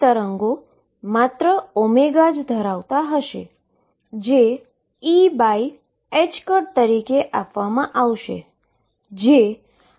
તો સૌ પ્રથમ આપણે તે કિસ્સામાં વત્તા અથવા ઓછા ઈન્ફાઈનીટી સુધી વિસ્તૃત થવા માટે xની વર્તણૂક જોઈએ